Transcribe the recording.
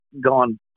gone